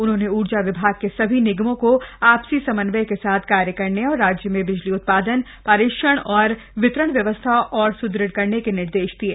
उन्होंने ऊर्जा विभाग के सभी निगमों को आपसी समन्वय के साथ कार्य करने और राज्य में बिजली उत्पादन पारेषण और वितरण व्यवस्था और स्दृढ़ करने के निर्देश दिये